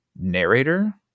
narrator